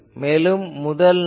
மேலும் முதல் நல்